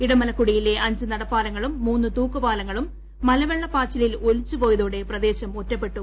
ഇടമലക്കൂടിയിലെ അഞ്ചു നടപ്പാലങ്ങളും മൂന്നു തൂക്കുപാലങ്ങളും മല്ല്വള്ളപ്പാച്ചിലിൽ ഒലിച്ചുപോയതോടെ പ്രദേശം ഒറ്റപ്പെട്ടു